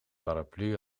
paraplu